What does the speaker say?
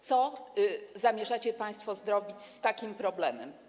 Co zamierzacie państwo zrobić z takim problemem?